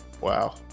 wow